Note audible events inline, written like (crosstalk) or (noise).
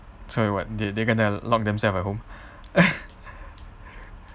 sorry what they they're gonna lock themselves at home (laughs)